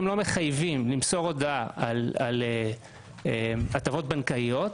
מחייבים למסור הודעה על הטבות בנקאיות,